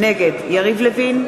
נגד יריב לוין,